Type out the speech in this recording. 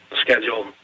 schedule